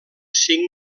cinc